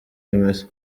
bimeze